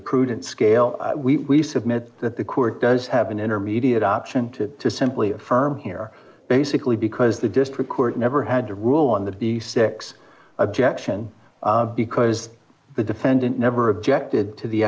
the prudence scale d we submit that the court does have an intermediate option to to simply affirm here basically because the district court never had to rule on that the six objection because the defendant never objected to the